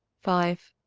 five